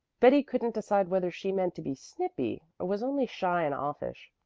betty couldn't decide whether she meant to be snippy or was only shy and offish.